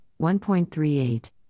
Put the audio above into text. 1.38